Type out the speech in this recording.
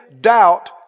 Doubt